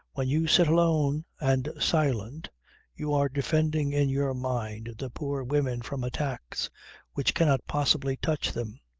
when you sit alone and silent you are defending in your mind the poor women from attacks which cannot possibly touch them.